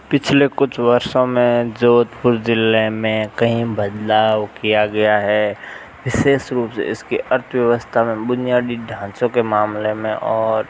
पिछले कुछ वर्षों में जोधपुर ज़िले में कई बदलाव किया गया है विशेष रूप से इस की अर्थव्यवस्था में बुनियादी ढांचों के मामले में और